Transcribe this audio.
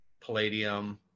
palladium